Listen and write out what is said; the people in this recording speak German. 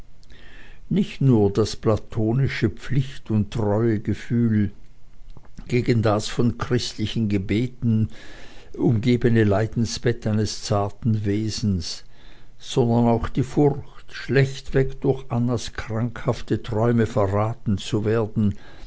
nicht nur das platonische pflicht und treuegefühl gegen das von christlichen gebeten umgebene leidensbett eines zarten wesens sondern auch die furcht schlechtweg durch annas krankhafte träume verraten zu werden